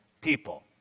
people